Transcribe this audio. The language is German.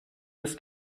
des